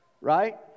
right